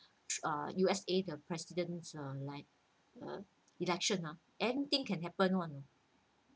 uh U_S_A the president uh like uh election ah anything can happen [one]